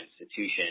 institution